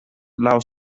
laŭ